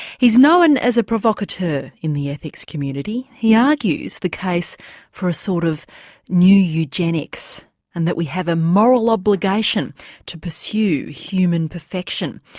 he's known as a provocateur in the ethics community. he argues the case for a sort of new eugenics and that we have a moral obligation to pursue human perfection.